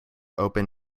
open